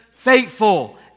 faithful